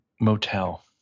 motel